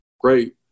great